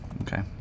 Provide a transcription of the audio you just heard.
okay